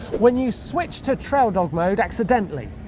when you switch to trail dog mode, accidentally.